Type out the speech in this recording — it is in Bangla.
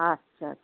আচ্ছা আচ্ছা